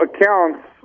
accounts